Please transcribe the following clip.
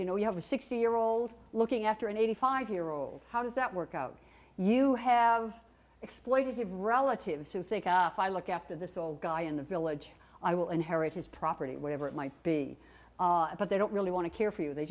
you know you have a sixty year old looking after an eighty five year old how does that work out you have exploitative relatives who think if i look after this old guy in the village i will inherit his property whatever it might be but they don't really want to care for you they